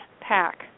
pack